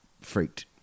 freaked